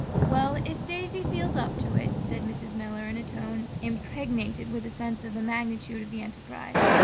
well, if daisy feels up to it said mrs. miller, in a tone impregnated with a sense of the magnitude of the enterprise.